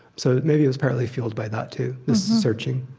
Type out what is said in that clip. so maybe it was partly fueled by that, too. this searching